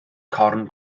corn